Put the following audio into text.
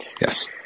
Yes